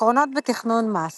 עקרונות בתכנון מס